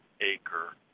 acre